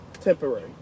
temporary